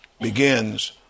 begins